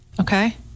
Okay